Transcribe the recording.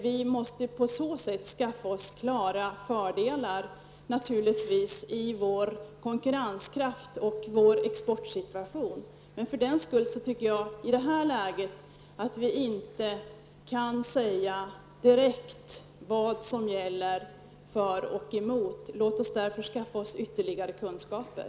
Vi måste på så sätt skaffa oss klara fördelar genom att förbättra vår konkurrenskraft och exportsituation. Jag tycker dock att vi i detta läge inte direkt kan säga vad som talar för och emot. Låt oss därför skaffa oss ytterligare kunskaper.